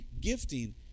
Gifting